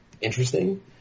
interesting